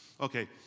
Okay